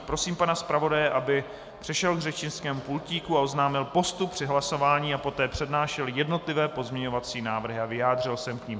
Prosím pana zpravodaje, aby přišel k řečnickému pultíku a oznámil postup při hlasování a poté přednášel jednotlivé pozměňovací návrhy a vyjádřil se k nim.